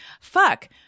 fuck